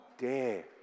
dare